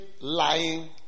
lying